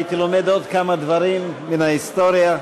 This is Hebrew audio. הייתי לומד עוד כמה דברים מן ההיסטוריה.